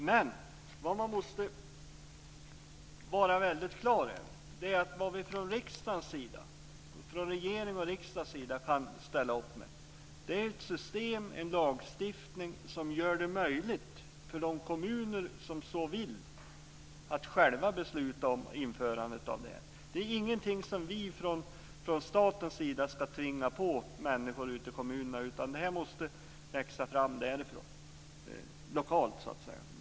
Men man måste vara väldigt klar över att vad vi från regeringens och riksdagens sida kan ställa upp med är ett system, en lagstiftning, som gör det möjligt för de kommuner som så vill att själva besluta om införandet. Det är ingenting som vi från statens sida ska tvinga på människor ute i kommunerna. Det måste växa fram lokalt.